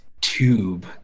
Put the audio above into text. tube